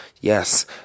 Yes